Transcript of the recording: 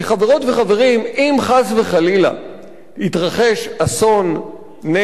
אם חס וחלילה יתרחש אסון נפט בחופי ישראל,